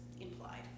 implied